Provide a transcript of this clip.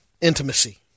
Intimacy